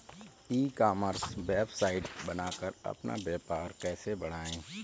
ई commerce website बनाकर अपना व्यापार कैसे बढ़ाएँ?